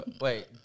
Wait